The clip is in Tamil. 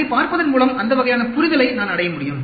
அதை பார்ப்பதன் மூலம் அந்த வகையான புரிதலை நான் அடைய முடியும்